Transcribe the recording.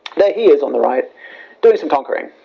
there he is on the right doing some conquering,